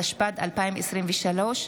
התשפ"ד 2023,